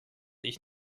ich